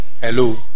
hello